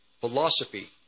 philosophy